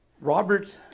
Robert